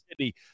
City